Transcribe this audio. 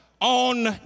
on